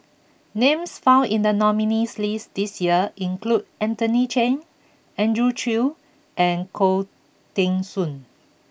names found in the nominees' list this year include Anthony Chen Andrew Chew and Khoo Teng Soon